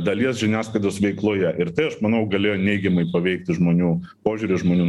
dalies žiniasklaidos veikloje ir tai aš manau galėjo neigiamai paveikti žmonių požiūrį žmonių